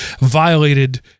violated